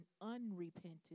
unrepentant